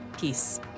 Peace